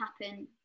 happen